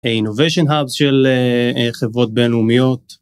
אינוביישן האבס של חברות בינלאומיות.